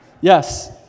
Yes